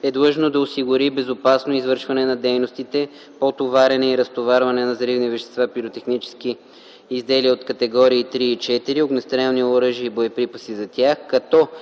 е длъжно да осигури безопасно извършване на дейностите по товарене и разтоварване на взривни вещества, пиротехнически изделия от категории 3 и 4, огнестрелни оръжия и боеприпаси за тях, като